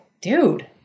dude